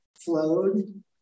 flowed